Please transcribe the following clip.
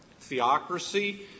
Theocracy